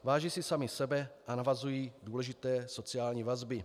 Váží si sami sebe a navazují důležité sociální vazby.